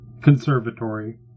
conservatory